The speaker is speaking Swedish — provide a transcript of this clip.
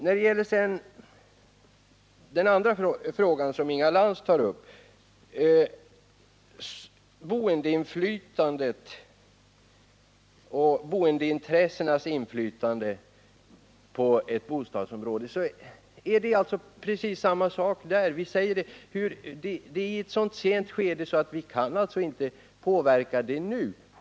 När det sedan gäller den andra fråga som Inga Lantz tar upp, boendeintressenas inflytande på ett bostadsområde, förhåller det sig på precis samma sätt. Vi hänvisar till att dess behandling nu är så långt framskriden att vi inte nu kan påverka den.